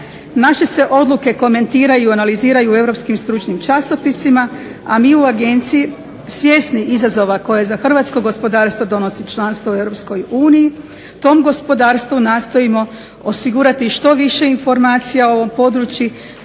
Naše se odluke komentiraju i analiziraju u europskim stručnim časopisima, a mi u agenciji svjesni izazova koje za hrvatsko gospodarstvo donosi članstvo u EU tom gospodarstvu nastojimo osigurati što više informacija o ovom području